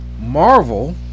Marvel